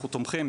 אנחנו תומכים,